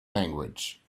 language